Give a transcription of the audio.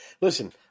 listen